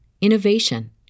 innovation